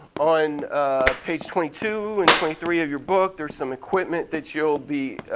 on page twenty two and twenty three of your book there's some equipment that you'll be